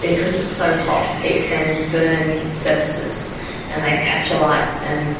because it's so hot it can burn surfaces and they catch alight and